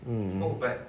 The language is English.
mm